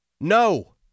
No